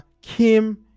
Kim